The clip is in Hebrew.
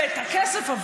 ואת הכסף,